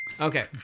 Okay